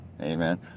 amen